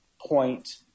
point